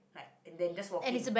like and than just walking